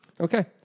Okay